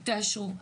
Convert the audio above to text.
תאשרו.